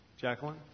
Jacqueline